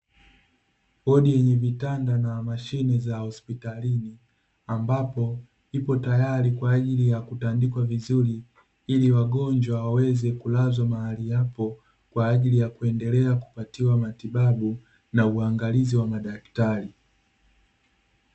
Wodi yenye vitanda na mashine za hospitalini, ambapo ipo tayari kwa ajili ya kutandikwa vizuri ili wagonjwa waweze kulazwa mahali hapo kwa ajili ya kuendelea kupatiwa matibabu na uangalizi wa madaktari.